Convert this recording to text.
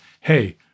hey